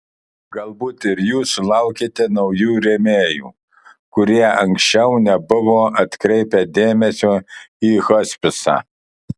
galbūt ir jūs sulaukėte naujų rėmėjų kurie anksčiau nebuvo atkreipę dėmesio į hospisą